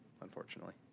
Unfortunately